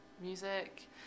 music